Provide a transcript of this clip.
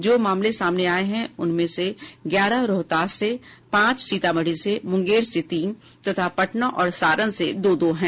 जो मामले सामने आये हैं उनमें से ग्यारह रोहतास से पांच सीतामढ़ी से मुंगेर से तीन तथा पटना और सारण से दो दो हैं